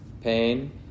pain